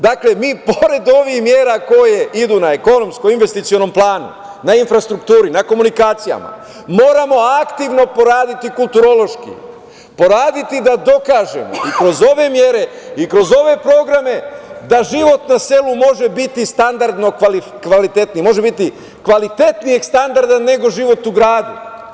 Dakle, mi pored ovih mera koje idu na ekonomskom, investicionom planu, na infrastrukturi, na komunikacijama, moramo aktivno poraditi kulturološki, poraditi da dokažemo i kroz ove mere i kroz ove programe da život na selu može biti kvalitetan, odnosno kvalitetnijeg standarda, nego život u gradu.